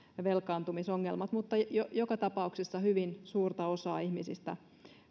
velkaantumisongelmat mutta joka tapauksessa hyvin suurta osaa ihmisistä